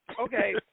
okay